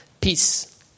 peace